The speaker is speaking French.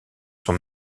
son